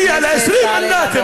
נגיע ל-20 מנדטים.